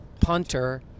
punter